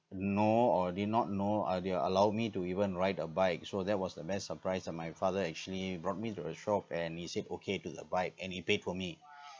know or did not know ah they'll allow me to even ride a bike so that was the best surprise that my father actually brought me to a shop and he said okay to the bike and he paid for me